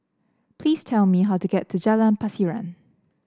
please tell me how to get to Jalan Pasiran